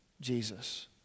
Jesus